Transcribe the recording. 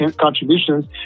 contributions